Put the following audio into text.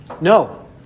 No